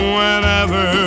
Whenever